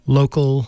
local